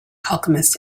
alchemist